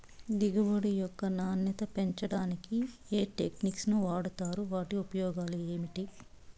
దిగుబడి యొక్క నాణ్యత పెంచడానికి ఏ టెక్నిక్స్ వాడుతారు వాటి ఉపయోగాలు ఏమిటి?